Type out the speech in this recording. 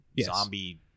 zombie